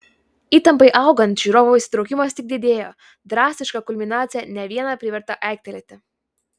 įtampai augant žiūrovų įsitraukimas tik didėjo drastiška kulminacija ne vieną privertė aiktelėti